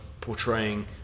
portraying